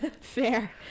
Fair